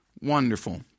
Wonderful